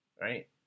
right